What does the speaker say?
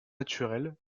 naturelles